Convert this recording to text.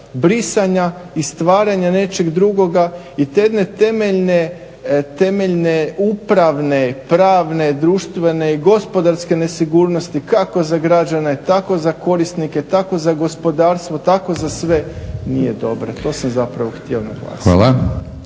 brisanja i stvaranja nečeg drugoga i te jedne temeljne upravne, pravne, društvene, gospodarske nesigurnosti kako za građane, tako za korisnike, tako za gospodarstvo, tako za sve. Nije dobro. To sam zapravo htio naglasiti.